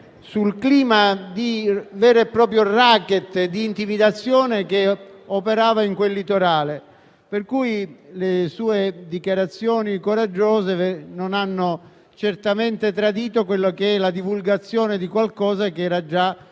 sul clima di vero e proprio *racket* di intimidazione che operava in quel litorale. Le sue dichiarazioni coraggiose, quindi, non hanno certamente tradito il divieto di divulgazione di qualcosa che era già